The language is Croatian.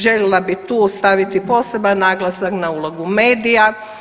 Željela bi tu staviti poseban naglasak na ulogu medija.